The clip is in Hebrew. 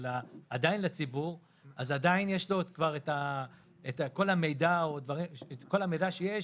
עדיין יש לו את כל המידע שיש